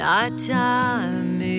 Nighttime